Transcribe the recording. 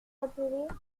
appeler